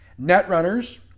netrunners